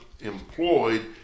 employed